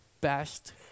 best